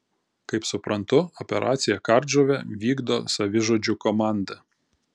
kaip suprantu operaciją kardžuvė vykdo savižudžių komanda